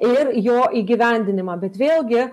ir jo įgyvendinimą bet vėlgi